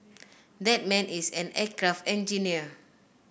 that man is an aircraft engineer